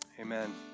amen